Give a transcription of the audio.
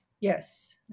Yes